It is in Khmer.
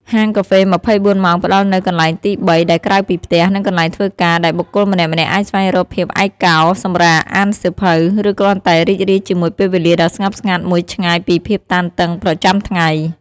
ហាងកាហ្វេ ២៤ ម៉ោងផ្តល់នូវ "កន្លែងទីបី" ដែលក្រៅពីផ្ទះ និងកន្លែងធ្វើការ ដែលបុគ្គលម្នាក់ៗអាចស្វែងរកភាពឯកោ សម្រាក អានសៀវភៅ ឬគ្រាន់តែរីករាយជាមួយពេលវេលាដ៏ស្ងប់ស្ងាត់មួយឆ្ងាយពីភាពតានតឹងប្រចាំថ្ងៃ។